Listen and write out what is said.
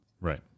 Right